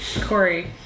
Corey